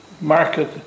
market